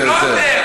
בזה.